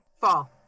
Fall